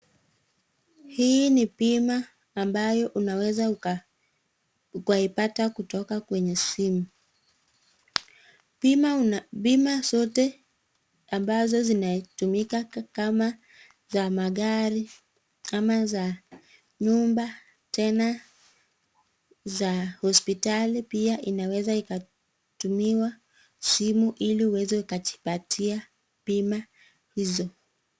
Hii ni bima ambayo unaweza ukaipata kutoka kwenye simu . Bima una bima zote ambazo zinatumika kama za magari, ama za nyumba tena za hospitali . Pia inaweza ikatumiwa simu ili uweze ukajipatia bima hizo.